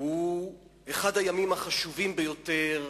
הוא אחד הימים החשובים ביותר,